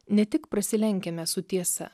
ne tik prasilenkiame su tiesa